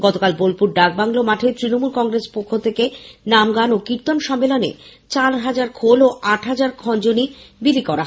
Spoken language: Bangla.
গতকাল বোলপুর ডাকবাংলো মাঠে তৃণমূল কংগ্রেসের পক্ষ থেকে নামগান ও কীর্তন সম্মেলনে চার হাজার খোল ও আট হাজার খঞ্জনী বিলি করা হয়